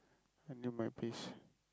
I knew my pace